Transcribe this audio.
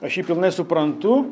aš jį pilnai suprantu